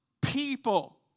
people